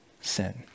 sin